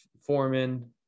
foreman